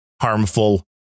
harmful